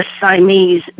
Siamese